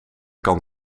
kan